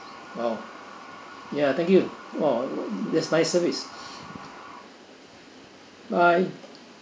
!wow! ya thank you !wah! that's nice service bye